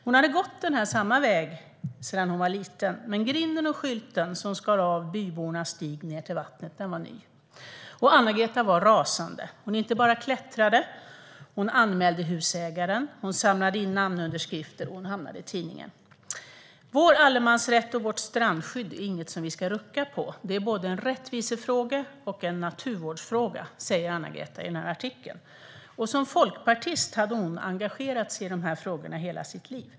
Hon hade gått samma väg sedan hon var liten. Men grinden och skylten som skar av bybornas stig ned till vattnet var ny. Och Anna-Greta var rasande. Hon inte bara klättrade, utan hon anmälde husägaren, samlade in namnunderskrifter och hamnade i tidningen. Vår allemansrätt och vårt strandskydd är inget som vi ska rucka på. Det är både en rättvisefråga och en naturvårdsfråga, sa Anna-Greta i artikeln. Som folkpartist hade hon engagerat sig i dessa frågor i hela sitt liv.